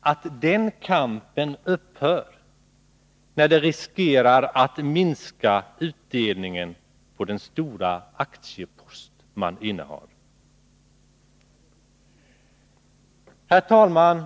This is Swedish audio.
att den kampen upphör när man riskerar att minska utdelningen på den stora aktiepost man innehar? Herr talman!